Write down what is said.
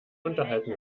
unterhalten